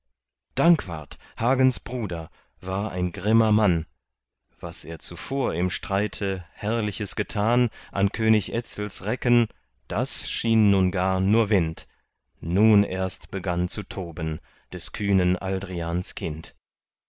dankwart hagens bruder war ein grimmer mann was er zuvor im streite herrliches getan an könig etzels recken das schien nun gar nur wind nun erst begann zu toben des kühnen aldrians kind